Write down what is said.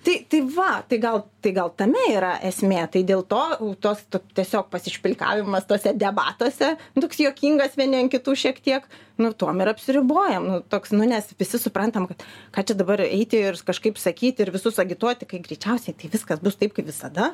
tai tai va tai gal tai gal tame yra esmė tai dėl to tos tu tiesiog pasišpilkavimas tuose debatuose toks juokingas vieni kitų šiek tiek nu tuom ir apsiribojam nu toks nu nes visi suprantam kad ką čia dabar eiti ir kažkaip sakyti ir visus agituoti kai greičiausiai tai viskas bus taip kaip visada